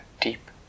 deep